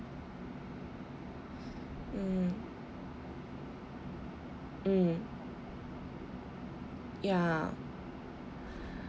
mm mm ya